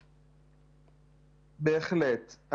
בהחלט.